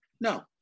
No